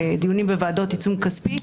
לדיונים בוועדות עיצום כספי.